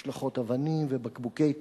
השלכות אבנים ובקבוקי תבערה.